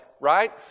right